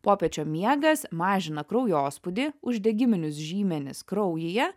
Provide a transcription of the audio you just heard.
popiečio miegas mažina kraujospūdį uždegiminius žymenis kraujyje